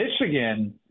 Michigan